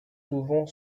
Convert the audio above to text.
souvent